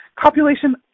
Copulation